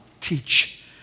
teach